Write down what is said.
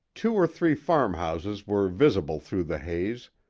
two or three farmhouses were visible through the haze,